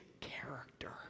character